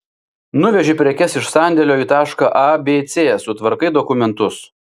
nuveži prekes iš sandėlio į tašką a b c sutvarkai dokumentus